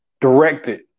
directed